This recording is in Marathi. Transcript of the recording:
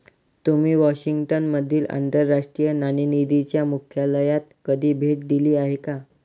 तुम्ही वॉशिंग्टन मधील आंतरराष्ट्रीय नाणेनिधीच्या मुख्यालयाला कधी भेट दिली आहे का?